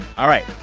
all right,